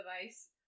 device